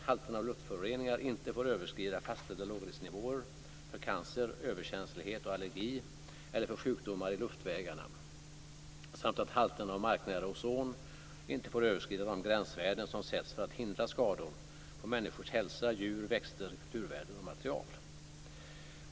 halterna av luftföreningar inte får överskrida fastställda lågrisknivåer för cancer, överkänslighet och allergi eller för sjukdomar i luftvägarna samt att - halterna av marknära ozon inte får överskrida de gränsvärden som satts för att hindra skador på människors hälsa, djur, växter, kulturvärden och material.